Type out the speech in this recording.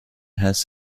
has